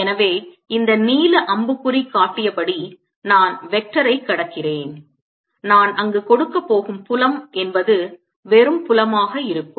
எனவே இந்த நீல அம்புக்குறி காட்டியபடி நான் வெக்டாரைக் கடக்கிறேன் நான் அங்கு கொடுக்கப் போகும் புலம் என்பது வெறும் புலமாக இருக்கும்